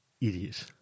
idiot